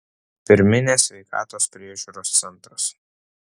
pirminės sveikatos priežiūros centras